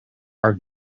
our